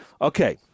Okay